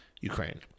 Ukraine